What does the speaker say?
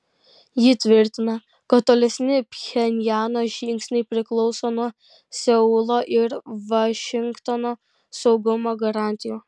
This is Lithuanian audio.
ji tvirtina kad tolesni pchenjano žingsniai priklauso nuo seulo ir vašingtono saugumo garantijų